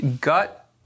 Gut